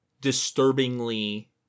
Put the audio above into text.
disturbingly